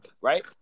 right